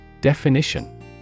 Definition